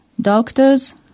doctors